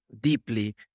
deeply